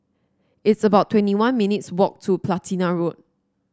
it's about twenty one minutes' walk to Platina Road